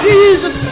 Jesus